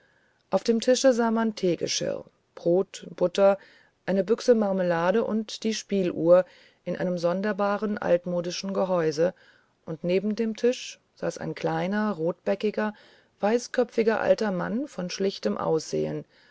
auf dem tische sah man teegeschirr brot butter eine büchse marmelade und eine spieluhr in einem sonderbaren altmodischen gehäuse und neben dem tische saß ein kleinerrotbäckiger weißköpfiger altermannvonschlichtemaussehen der alsdietür